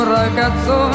ragazzo